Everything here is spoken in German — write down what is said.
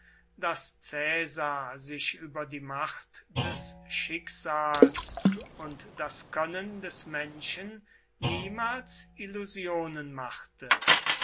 daß cäsar sich über die macht des schicksals und das können des menschen niemals illusionen machte